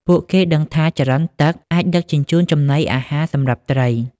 ពួកគេដឹងថា ចរន្តទឹកអាចដឹកជញ្ជូនចំណីអាហារសម្រាប់ត្រី។